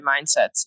mindsets